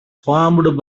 formed